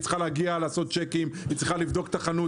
היא צריכה לבדוק את החנות,